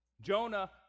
Jonah